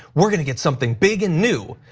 we're gonna get something big and new.